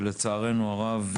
שלצערנו הרב,